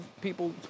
people